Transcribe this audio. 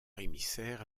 émissaire